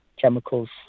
chemicals